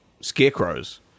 scarecrows